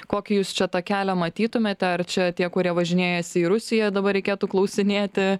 kokį jūs čia tą kelią matytumėte ar čia tie kurie važinėjasi į rusiją dabar reikėtų klausinėti